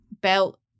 belt